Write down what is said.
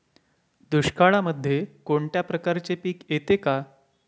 दुष्काळामध्ये कोणत्या प्रकारचे पीक येते का?